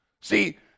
See